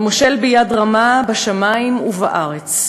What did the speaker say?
המושל ביד רמה בשמים ובארץ,